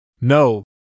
No